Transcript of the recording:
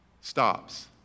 stops